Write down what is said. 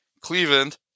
Cleveland